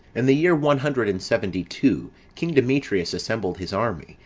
in the year one hundred and seventy-two king demetrius assembled his army,